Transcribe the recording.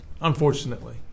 unfortunately